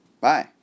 Bye